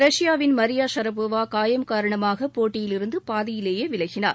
ரஷ்யாவின் Maria Sharapova காயம் காரணமாக போட்டியிலிருந்து பாதியிலேயே விலகினார்